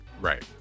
right